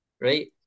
right